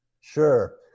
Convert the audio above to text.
Sure